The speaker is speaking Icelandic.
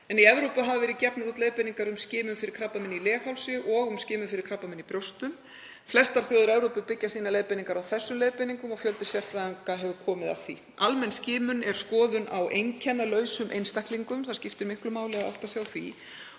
en í Evrópu hafa verið gefnar út leiðbeiningar um skimun fyrir krabbameini í leghálsi og um skimun fyrir krabbameini í brjóstum. Flestar þjóðir Evrópu byggja sínar leiðbeiningar á þeim leiðbeiningum og fjöldi sérfræðinga hefur komið að því. Almenn skimun er skoðun á einkennalausum einstaklingum, það skiptir miklu máli að átta sig